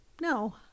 no